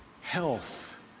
health